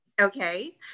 Okay